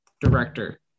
director